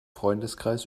freundeskreis